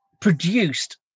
produced